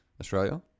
Australia